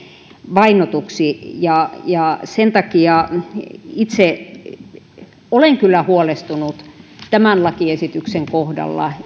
vainotuksi sen takia olen itse kyllä huolestunut tämän lakiesityksen kohdalla